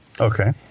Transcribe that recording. Okay